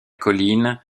colline